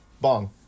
Bong